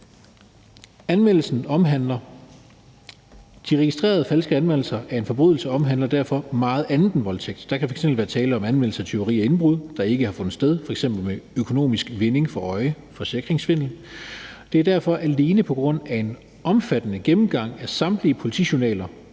De registrerede falske anmeldelser af en forbrydelse omhandler derfor meget andet end voldtægt. Der kan f.eks. være tale om anmeldelse af tyveri og indbrud, der ikke har fundet sted – f.eks. med økonomisk vinding for øje (forsikringssvindel). Det er derfor alene på grund af en omfattende gennemgang af samtlige politijournaler